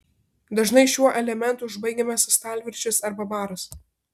dažnai šiuo elementu užbaigiamas stalviršis arba baras